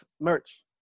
merch